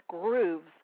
grooves